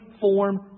form